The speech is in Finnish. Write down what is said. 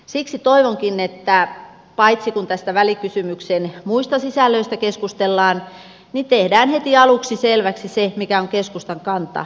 siksi toivonkin että kun tästä välikysymyksen muusta sisällöstä keskustellaan tehdään heti aluksi selväksi se mikä on keskustan kanta